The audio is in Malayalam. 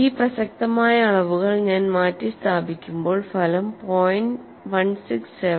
ഈ പ്രസക്തമായ അളവുകൾ ഞാൻ മാറ്റിസ്ഥാപിക്കുമ്പോൾ ഫലം 0